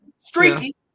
Streaky